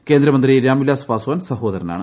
കേന്ദ്രമന്ത്രി രാംവിലാസ് പസ്വാൻ സഹോദരനാണ്